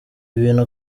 bintu